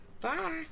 Bye